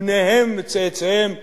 בניהם וצאצאיהם לדורות.